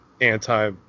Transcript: anti